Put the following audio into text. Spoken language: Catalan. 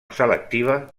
selectiva